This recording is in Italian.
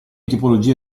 tipologia